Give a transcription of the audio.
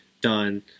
done